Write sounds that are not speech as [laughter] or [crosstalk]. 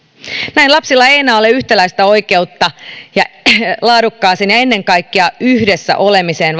näin lapsilla ei ei enää ole yhtäläistä oikeutta laadukkaaseen varhaiskasvatukseen ja ennen kaikkea yhdessä olemiseen [unintelligible]